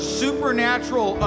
supernatural